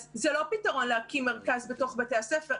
אז זה לא פתרון להקים מרכז בתוך בתי הספר,